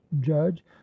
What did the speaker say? judge